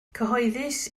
cyhoeddus